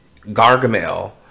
Gargamel